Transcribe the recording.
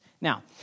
Now